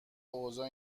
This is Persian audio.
اوضاع